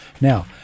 now